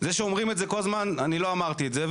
זה שאומרים את זה כל הזמן, אני לא אמרתי את זה.